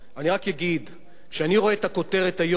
אני רק אגיד שכשאני רואה את הכותרת היום,